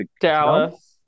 Dallas